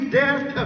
death